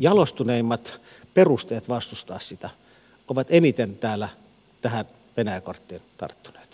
jalostuneimmat perusteet vastustaa sitä ovat eniten täällä tähän venäjä korttiin tarttuneet